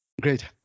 Great